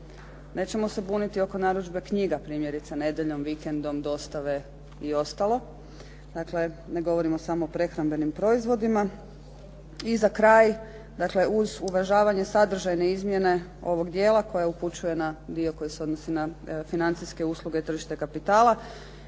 Nećemo se buniti oko narudžbe knjiga primjerice nedjeljom, vikendom, dostave i ostalo. Dakle, ne govorimo samo o prehrambenim proizvodima. I za kraj, dakle uz uvažavanje sadržajne izmjene ovog dijela koja upućuje na dio koji se odnosi na financijske usluge i tržište kapitala